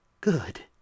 Good